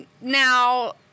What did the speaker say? now